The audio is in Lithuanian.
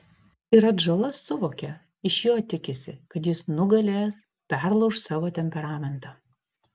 ir atžala suvokia iš jo tikisi kad jis nugalės perlauš savo temperamentą